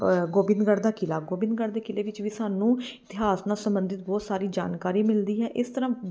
ਗੋਬਿੰਦਗੜ੍ਹ ਦਾ ਕਿਲਾ ਗੋਬਿੰਦਗੜ੍ਹ ਦੇ ਕਿਲੇ ਵਿੱਚ ਵੀ ਸਾਨੂੰ ਇਤਿਹਾਸ ਨਾਲ ਸੰਬੰਧਿਤ ਬਹੁਤ ਸਾਰੀ ਜਾਣਕਾਰੀ ਮਿਲਦੀ ਹੈ ਇਸ ਤਰ੍ਹਾਂ